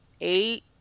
eight